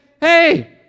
Hey